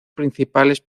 principales